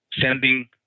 sending